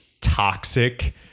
toxic